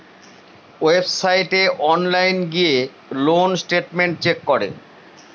ওয়েবসাইটে অনলাইন গিয়ে loan statement check করে